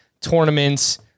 tournaments